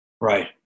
Right